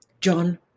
John